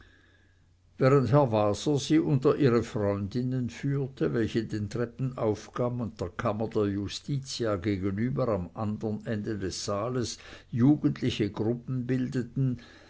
waser sie unter ihre freundinnen führte welche dem treppenaufgang und der kammer der justitia gegenüber am andern ende des saales jugendliche gruppen bildeten